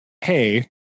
hey